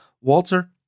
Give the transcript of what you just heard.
Walter